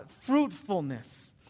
fruitfulness